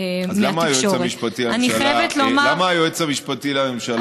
אז למה היועץ המשפטי לממשלה הקודם,